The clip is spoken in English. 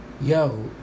yo